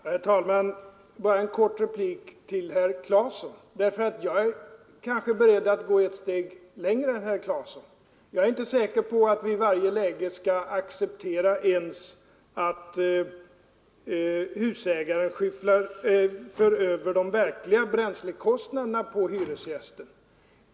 Herr talman! Bara en kort replik till herr Claeson. Jag är kanske beredd att gå ett steg längre än herr Claeson, eftersom jag inte är säker på att vi i varje läge skall acceptera ens att husägare för över de verkliga bränslekostnaderna på hyresgästen.